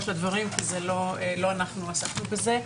של הדברים כי זה לא אנחנו עסקנו בזה.